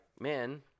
men